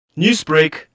Newsbreak